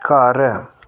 ਘਰ